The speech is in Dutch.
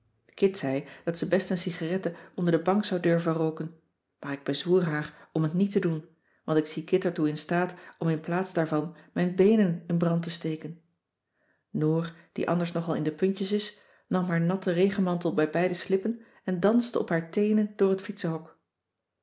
kit zei dat ze best een cigarette onder de bank zou durven rooken maar ik bezwoer haar om t niet te doen want ik zie kit er toe in staat om in plaats daarvan mijn beenen in brand te steken noor die anders nogal in de puntjes is nam haar natten regenmantel bij beide slippen en danste op haar teenen door t fietsenhok